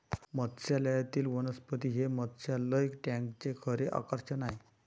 मत्स्यालयातील वनस्पती हे मत्स्यालय टँकचे खरे आकर्षण आहे